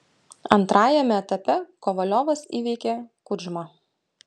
antrajame etape kovaliovas įveikė kudžmą